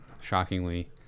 shockingly